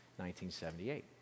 1978